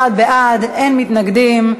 21 בעד, אין מתנגדים.